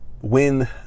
win